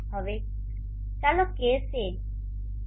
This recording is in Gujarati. હવે ચાલો કેસ એ